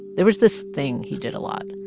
there was this thing he did a lot.